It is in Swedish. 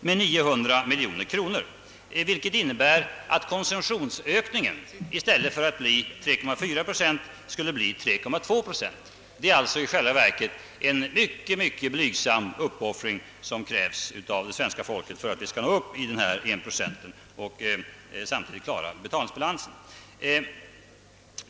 Detta innebär att konsumtionsökningen i stället för att bli 3,4 procent skulle bli 3,2 procent. Det är i själva verket en mycket blygsam uppoffring som krävs av det svenska folket för att det skall nå upp till denna 1 procent och samtidigt klara betalningsbalansen.